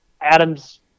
Adam's